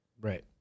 Right